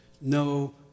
no